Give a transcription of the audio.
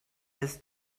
his